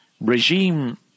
regime